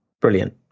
Brilliant